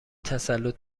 تسلط